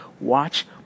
watch